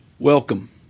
Welcome